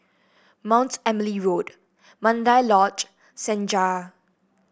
Mount Emily Road Mandai Lodge Senja